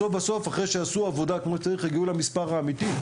בסוף אחרי שעשו עבודה כפי שצריך הגיעו למספר האמיתי.